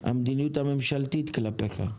המדיניות הממשלתית כלפיך.